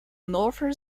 northern